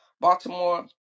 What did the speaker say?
Baltimore